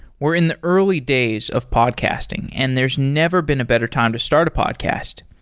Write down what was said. we're in the early days of podcasting, and there's never been a better time to start a podcast.